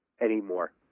anymore